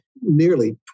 nearly